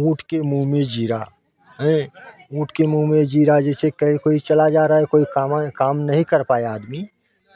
ऊँट के मुँह में जीरा हैं ऊँट के मुँह में जीरा जैसे कहीं कोई चला जा रहा है कोई कामा काम नहीं कर पाया आदमी